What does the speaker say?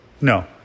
no